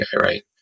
right